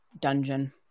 dungeon